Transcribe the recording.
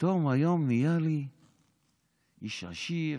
פתאום היום נהיה לי איש עשיר,